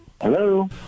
Hello